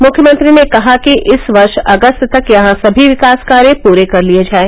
मुख्यमंत्री ने कहा कि इस वर्ष अगस्त तक यहां सभी विकास कार्य पूरे कर लिये जायें